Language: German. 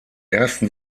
ersten